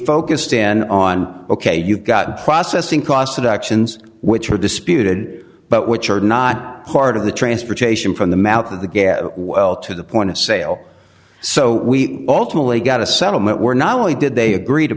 focused in on ok you've got processing costs of actions which are disputed but which are not part of the transportation from the mouth of the gas well to the point of sale so we alternately got a settlement were not only did they agree to